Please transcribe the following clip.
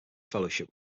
fellowship